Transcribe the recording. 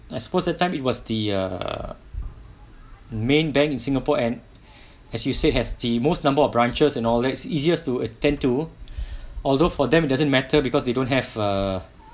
I suppose that time it was the err main bank in singapore and as you said has the most number of branches in all that it's easiest to attend to although for them it doesn't matter because they don't have a